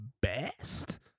best